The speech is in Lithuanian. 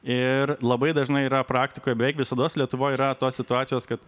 ir labai dažnai yra praktikoje beveik visados lietuvoje yra tos situacijos kad